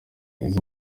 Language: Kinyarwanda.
izi